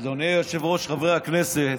אדוני היושב-ראש, חברי הכנסת,